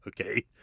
okay